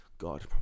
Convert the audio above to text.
God